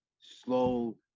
slow